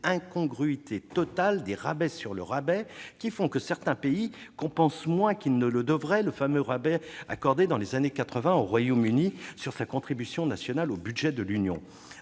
constituent les « rabais sur le rabais », qui font que certains pays compensent moins qu'ils ne le devraient le fameux rabais accordé dans les années quatre-vingt au Royaume-Uni sur sa contribution nationale au budget de l'Union.